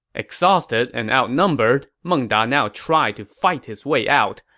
exhausted and outnumbered, meng da now tried to fight his way out,